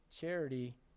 Charity